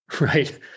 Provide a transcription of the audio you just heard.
right